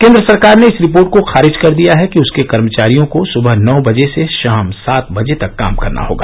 केंद्र सरकार ने इस रिपोर्ट को खारिज कर दिया है कि उसके कर्मचारियों को सुबह नौ बजे से शाम सात बजे तक काम करना होगा